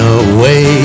away